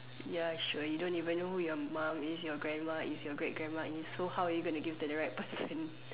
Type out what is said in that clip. ya sure you don't even know who your mum is your grandma is your great grandma is so how are you gonna give to the right person